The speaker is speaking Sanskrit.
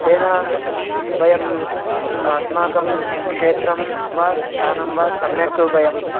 तेन वयं स् अस्माकं क्षेत्रं वा स्थानं वा सम्यक् वयं